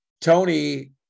Tony